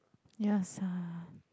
ya sia